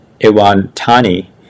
Iwantani